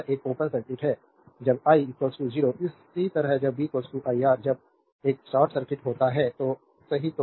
तो यह एक ओपन सर्किट है जब i 0 इसी तरह जब b iR जब यह शॉर्ट सर्किट होता है तो सही